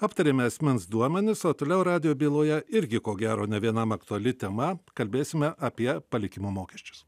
aptarėme asmens duomenis o toliau radijo byloje irgi ko gero ne vienam aktuali tema kalbėsime apie palikimo mokesčius